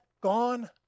gone